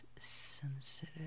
sensitive